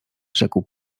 rzekł